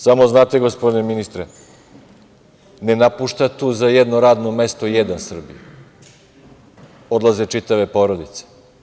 Samo, znate gospodine ministre, ne napušta tu za jedno radno mesto jedan Srbin, odlaze čitave porodice.